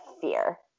fear